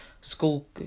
school